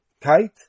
kite